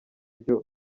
byo